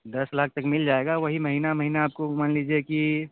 दस लाख तक मिल जाएगा वही महीना महीना आपको मान लीजिए की